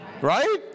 Right